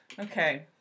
Okay